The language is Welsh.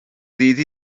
ddydd